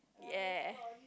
ya